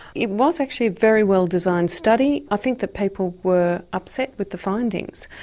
it was actually a very well designed study. i think that people were upset with the findings.